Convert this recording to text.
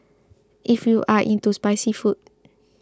if you are into spicy food